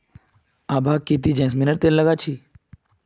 आभा की ती जैस्मिनेर तेल लगा छि